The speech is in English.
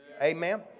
Amen